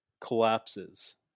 collapses